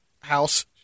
house